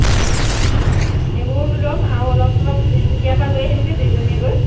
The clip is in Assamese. সেইবোৰো লয় যাম আৰু অলপ চলপ তিনিচুকীয়াৰ পৰা লৈ আহিমগৈ দুইজনীয়ে গৈ